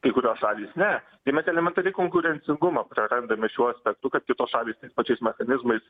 kai kurios šalys ne tai mes elementariai konkurencingumą prarandame šiuo aspektu kad kitos šalys tais pačiais mechanizmais